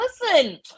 listen